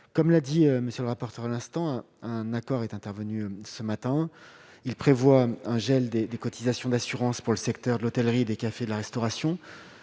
comme l'a dit monsieur le rapporteur à l'instant, un accord est intervenu ce matin, il prévoit un gel des des cotisations d'assurance pour le secteur de l'hôtellerie les cafés de la restauration,